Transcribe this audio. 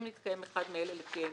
אם נתקיים אחד מאלה, לפי העניין: